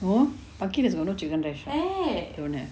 no bakit doesn't own a chicken rice shop don't have